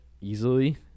easily